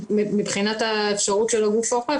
מבחינת האפשרות של ערוץ נוסף,